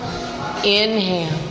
inhale